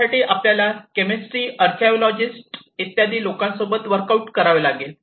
त्यासाठी आपल्याला chemistry archaeologists इत्यादी लोकांसोबत वर्कआउट करावे लागेल